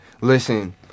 Listen